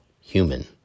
human